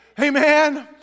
Amen